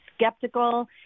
skeptical